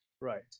Right